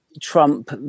Trump